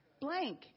blank